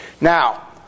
Now